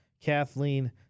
Kathleen